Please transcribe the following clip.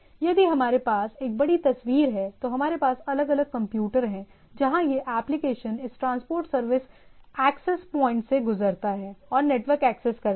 यदि हमारे पास एक बड़ी तस्वीर है तो हमारे पास अलग अलग कंप्यूटर हैं जहां यह एप्लिकेशन इस ट्रांसपोर्ट सर्विस एक्सेस प्वाइंट से गुजरता है और नेटवर्क एक्सेस करता है